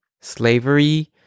slavery